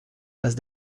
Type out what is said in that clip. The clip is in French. bases